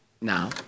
now